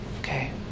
Okay